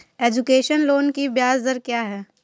Education loan की ब्याज दर क्या है?